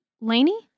Laney